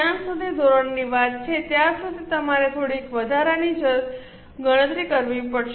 જ્યાં સુધી ધોરણની વાત છે ત્યાં તમારે થોડીક વધારાની ગણતરી કરવી પડશે